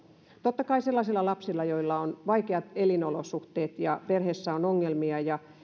totta kai sellaisilla lapsilla joilla on vaikeat elinolosuhteet ja joiden perheissä on ongelmia ja